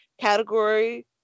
category